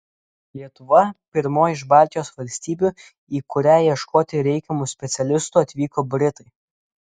lietuva pirmoji iš baltijos valstybių į kurią ieškoti reikiamų specialistų atvyko britai